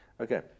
okay